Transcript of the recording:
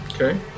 Okay